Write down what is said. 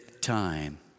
time